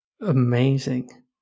Amazing